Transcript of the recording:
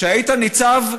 שהיית ניצב,